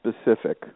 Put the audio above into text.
specific